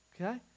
Okay